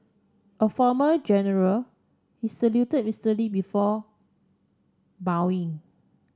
a former general he saluted Mister Lee before bowing